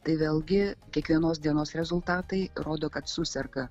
tai vėlgi kiekvienos dienos rezultatai rodo kad suserga